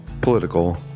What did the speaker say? political